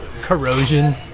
Corrosion